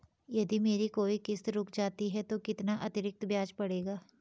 यदि मेरी कोई किश्त रुक जाती है तो कितना अतरिक्त ब्याज पड़ेगा?